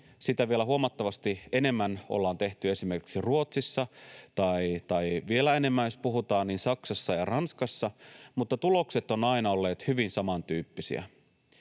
Sitä vielä huomattavasti enemmän ollaan tehty esimerkiksi Ruotsissa, tai vielä enemmän jos puhutaan Saksasta ja Ranskasta, mutta tulokset ovat aina olleet hyvin samantyyppisiä.